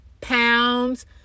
pounds